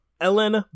Ellen